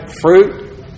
fruit